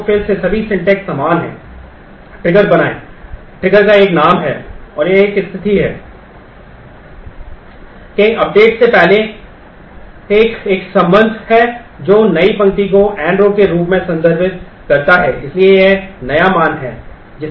तो फिर से सभी syntax समान है